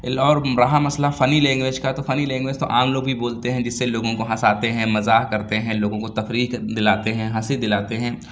اور رہا مسئلہ فنی لینگویج کا تو فنی لینگویج تو عام لوگ بھی بولتے ہیں جس سے لوگوں کو ہنساتے ہیں مزاح کرتے ہیں لوگوں کو تفریح دلاتے ہیں ہنسی دلاتے ہیں